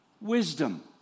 wisdom